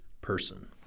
person